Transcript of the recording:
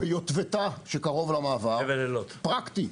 יטבתה, שקרוב למעבר, פרקטי.